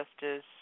Justice